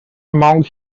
among